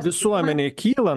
visuomenėj kyla